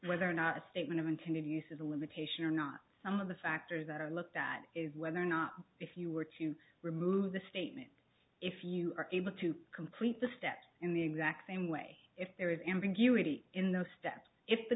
whether or not a statement of intended use is a limitation or not some of the factors that are looked at is whether or not if you were to remove the statement if you are able to complete the steps in the exact same way if there is ambiguity in those steps if the